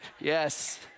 Yes